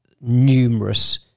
numerous